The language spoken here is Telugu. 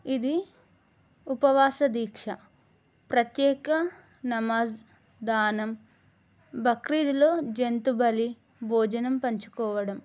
ఇది ఉపవాస దీక్ష ప్రత్యేక నమాజ్ దానం బక్రీదులో జంతు బలి భోజనం పంచుకోవడం